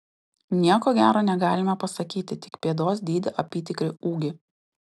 nieko gero negalime pasakyti tik pėdos dydį apytikrį ūgį